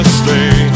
stay